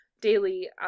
daily